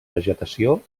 vegetació